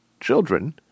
children